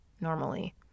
normally